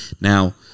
now